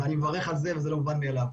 ואני מברך על זה וזה לא מובן מאליו.